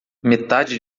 metade